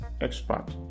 expert